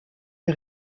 est